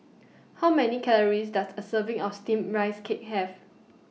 How Many Calories Does A Serving of Steamed Rice Cake Have